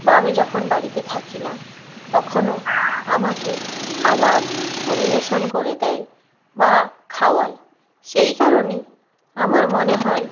বা আমি যখন বাড়িতে থাকি না তখনও আমাকে খাবার পরিবেশন করে দেয় বা খাওয়ায় সেই কারণেই আমার মনে হয়